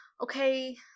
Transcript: Okay